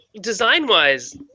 design-wise